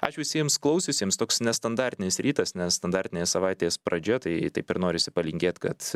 ačiū visiems klausiusiems toks nestandartinis rytas nestandartinė savaitės pradžia tai taip ir norisi palinkėt kad